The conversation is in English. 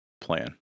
plan